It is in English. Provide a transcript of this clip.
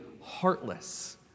heartless